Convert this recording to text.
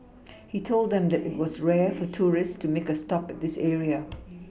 he told them that it was rare for tourists to make a stop at this area